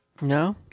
No